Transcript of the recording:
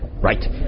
Right